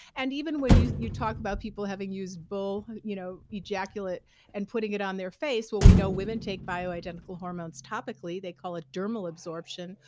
and even when you you talk about people having used bull you know ejaculate and putting it on their face, well, we know women take bioidentical hormones topically. they call it dermal absorption,